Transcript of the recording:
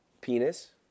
Penis